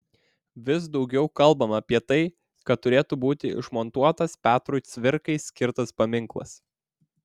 vis daugiau kalbama apie tai kad turėtų būti išmontuotas petrui cvirkai skirtas paminklas